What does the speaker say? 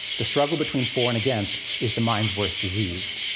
the struggle between for and against is the mind's worst disease.